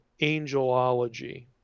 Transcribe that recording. angelology